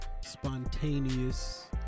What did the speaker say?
spontaneous